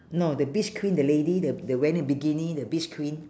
no the beach queen the lady the the wearing the bikini the beach queen